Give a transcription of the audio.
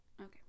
okay